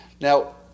Now